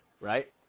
right